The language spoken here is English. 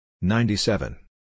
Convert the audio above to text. Ninety-seven